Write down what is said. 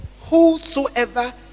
Whosoever